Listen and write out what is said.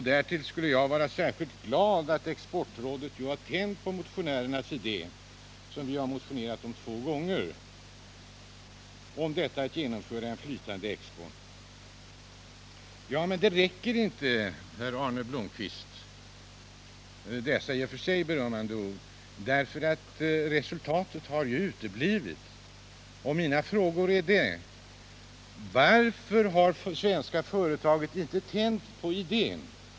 Därtill skulle jag vara särskilt glad för att Exportrådet har tänt på vår idé att genomföra en flytande expo, som vi har motionerat om två gånger. Men dessa i och för sig berömmande ord räcker inte, herr Arne Blomkvist. Resultatet har ju uteblivit. Min fråga är: Varför har svenska företag inte tänt på idén?